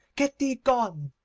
get thee gone.